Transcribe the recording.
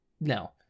no